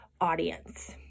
audience